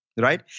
Right